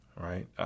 Right